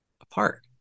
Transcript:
apart